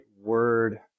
word